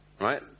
right